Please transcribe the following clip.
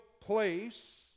place